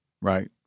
right